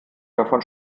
davon